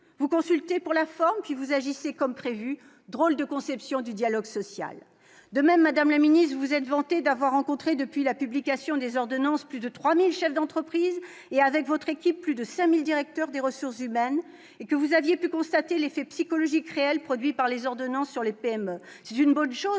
Vous consultez pour la forme, puis vous agissez comme prévu : drôle de conception du dialogue social ! De même, madame la ministre, vous vous êtes vantée d'avoir rencontré, depuis la publication des ordonnances, plus de 3 000 chefs d'entreprise, et, avec votre équipe, plus de 5 000 directeurs des ressources humaines, ce qui vous aurait permis de constater l'effet psychologique réel produit par les ordonnances sur les PME. C'est une bonne chose